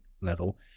level